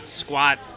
squat